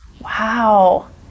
Wow